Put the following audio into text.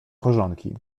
korzonki